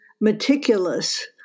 meticulous